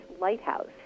lighthouse